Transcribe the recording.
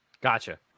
gotcha